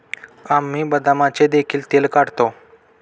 आम्ही बदामाचे देखील तेल काढतो